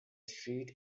street